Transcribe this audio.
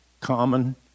common